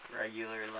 Regular